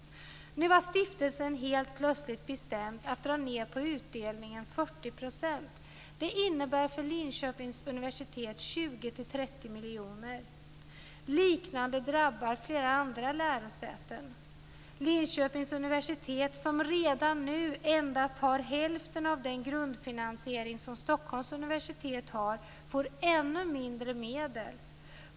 Nu har stiftelsen helt plötsligt bestämt att dra ned utdelningen med 40 %. Det innebär för Linköpings universitet 20-30 miljoner kronor. Liknande saker drabbar flera andra lärosäten. Linköpings universitet, som redan nu endast har hälften av den grundfinansiering som Stockholms universitet har, får ännu mindre medel.